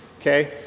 okay